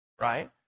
Right